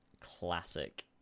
Classic